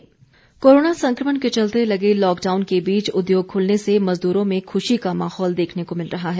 रोजगार कोरोना संक्रमण के चलते लगे लॉकडाउन के बीच उद्योग खुलने से मजदूरों में खुशी का माहौल देखने को मिल रहा है